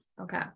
okay